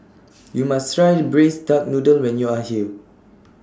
YOU must Try The Braised Duck Noodle when YOU Are here